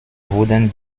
wurden